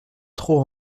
trop